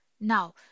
Now